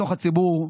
בתוך הציבור,